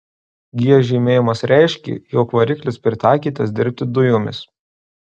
g žymėjimas reiškė jog variklis pritaikytas dirbti dujomis